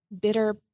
bitter